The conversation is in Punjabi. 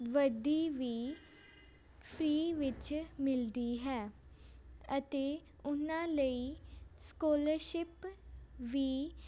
ਵਰਦੀ ਵੀ ਫਰੀ ਵਿੱਚ ਮਿਲਦੀ ਹੈ ਅਤੇ ਉਨਾਂ ਲਈ ਸਕੋਲਰਸ਼ਿਪ ਵੀ